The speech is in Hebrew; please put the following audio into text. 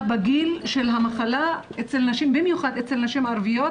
בגיל של המחלה אצל נשים ובמיוחד אצל נשים ערביות,